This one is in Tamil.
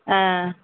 ஆ ஆ